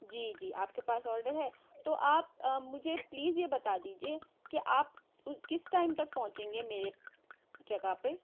جی جی آپ کے پاس آڈر ہے تو آپ آ مجھے پلیز یہ بتا دیجئے کہ آپ اُس کس ٹائم تک پہنچے گے میرے جگہ پہ